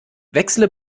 wechsle